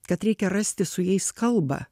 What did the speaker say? kad reikia rasti su jais kalbą